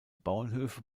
bauernhöfe